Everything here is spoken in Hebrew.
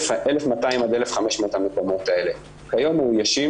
1200 עד 1500 מקומות האלה כיום מאוישים